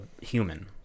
human